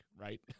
right